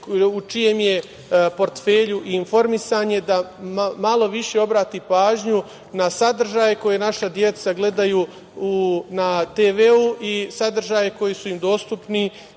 u čijem je portfelju i informisanje da malo više obrati pažnju na sadržaje koje naša deca gledaju na TV i sadržaje koji su im dostupni